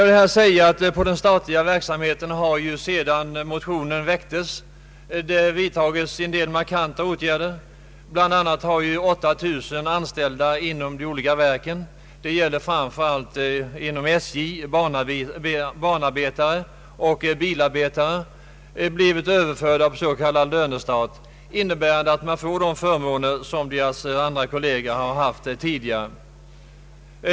Inom den statliga verksamheten har sedan motionen väcktes vidtagits en del markanta åtgärder, bl.a. har 8 000 anställda inom de olika verken — framför allt banarbetare och bilarbetare inom SJ — blivit överförda på s.k. lönestat, innebärande att de får samma förmåner som deras kolleger haft tidigare.